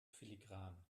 filigran